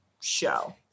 show